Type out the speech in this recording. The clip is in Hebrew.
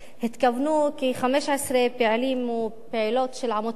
התכוונו כ-15 פעילים ופעילות של עמותת "זוכרות"